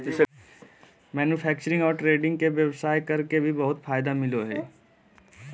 manufacturing और trading के व्यवसाय कर के भी बहुत फायदा मिलय हइ